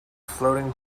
floating